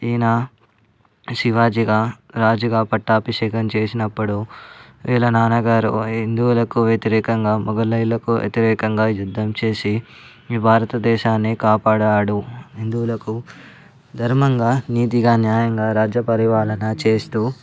ఈయన శివాజీగా రాజుగా పట్టాభిషేకం చేసినప్పుడు వీళ్ళ నాన్నగారు హిందువులకు వ్యతిరేకంగా మొగలాయులకు వ్యతిరేకంగా యుద్ధం చేసి మీ భారత దేశాన్నే కాపాడాడు హిందువులకు ధర్మంగా నీతిగా న్యాయంగా రాజ్య పరిపాలన చేస్తూ